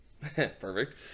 Perfect